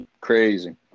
Crazy